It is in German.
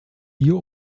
hier